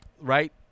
right